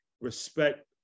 respect